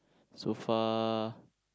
so far